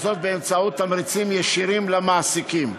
באמצעות תמריצים ישירים למעסיקים.